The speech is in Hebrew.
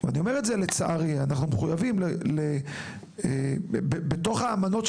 אנחנו מחויבים בתוך האמנות,